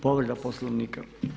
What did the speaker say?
Povreda Poslovnika.